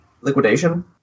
Liquidation